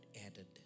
added